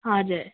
हजुर